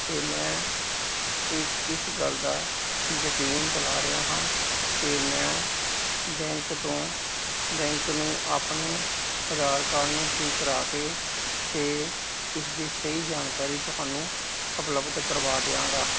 ਤੇ ਮੈਂ ਇਕ ਇਸ ਗੱਲ ਦਾ ਯਕੀਨ ਦਿਲਾ ਰਿਹਾ ਹਾਂ ਕਿ ਮੈਂ ਬੈਂਕ ਤੋਂ ਬੈਂਕ ਨੂੰ ਆਪਣੇ ਆਧਾਰ ਕਾਰਡ ਨੂੰ ਠੀਕ ਕਰਾ ਕੇ ਤੇ ਇਸ ਦੀ ਸਹੀ ਜਾਣਕਾਰੀ ਤੁਹਾਨੂੰ ਉਪਲਬਧ ਕਰਵਾ ਦਿਆਂਗਾ